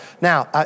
Now